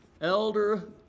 elder